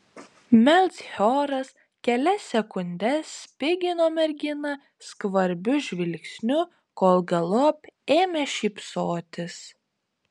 melchioras kelias sekundes spigino merginą skvarbiu žvilgsniu kol galop ėmė šypsotis